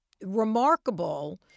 remarkable